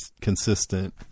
consistent